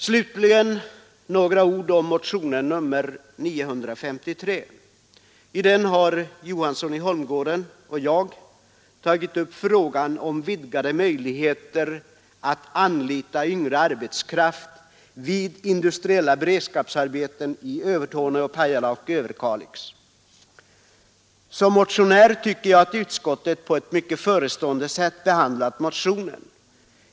Slutligen några ord om motionen 953. I den har herr Johansson i Holmgården och jag tagit upp frågan om vidgade möjligheter att anlita yngre arbetskraft vid industriella beredskapsarbeten i Övertorneå, Pajala och Överkalix. Som motionär tycker jag utskottet på ett mycket förstående sätt behandlat motionen.